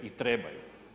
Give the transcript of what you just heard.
I trebaju.